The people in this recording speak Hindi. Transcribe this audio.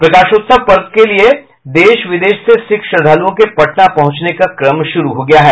प्रकाशोत्सव पर्व के लिये देश विदेश से सिख श्रद्दालुओं के पटना पहुंचने का क्रम शुरू हो गया है